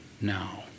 now